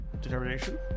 determination